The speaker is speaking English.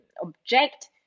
object